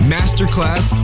Masterclass